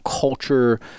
culture